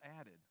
added